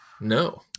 No